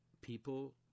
people